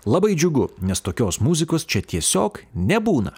labai džiugu nes tokios muzikos čia tiesiog nebūna